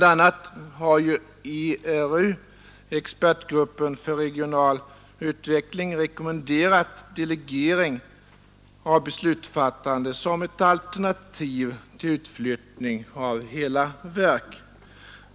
a. har ju ERU, expertgruppen för regional utveckling, rekommenderat delegering av beslutsfattande som ett alternativ till utflyttning av hela verk.